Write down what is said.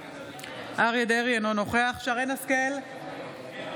אריה מכלוף דרעי, אינו נוכח שרן מרים השכל,